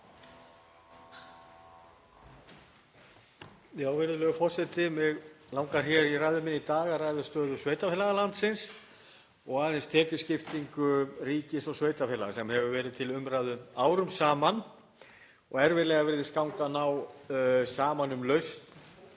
Virðulegur forseti. Mig langar í ræðu minni í dag að ræða stöðu sveitarfélaga landsins og aðeins tekjuskiptingu ríkis og sveitarfélaga sem hefur verið til umræðu árum saman. Erfiðlega virðist ganga að ná saman um lausn